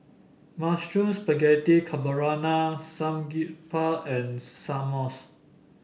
Mushroom Spaghetti Carbonara Samgyeopsal and